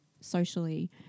socially